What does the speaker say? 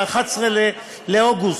ב-11 באוגוסט.